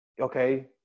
okay